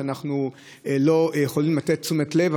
שאנחנו לא יכולים לתת תשומת לב,